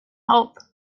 hope